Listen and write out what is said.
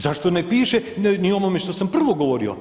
Zašto ne piše ni o ovome što sam prvo govorio?